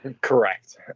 Correct